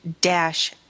dash